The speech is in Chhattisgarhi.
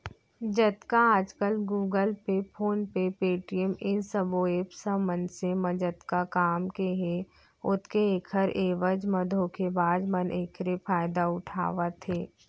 जतका आजकल Google Pay, PhonePe, Paytm ए सबो ऐप्स ह मनसे म जतका काम के हे ओतके ऐखर एवज म धोखेबाज मन एखरे फायदा उठावत हे